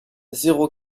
zéro